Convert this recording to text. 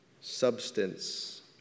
Substance